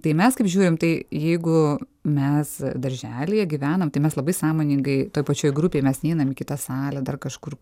tai mes kaip žiūrim tai jeigu mes darželyje gyvenam tai mes labai sąmoningai toj pačioj grupėj mes neinam į kitą salę dar kažkur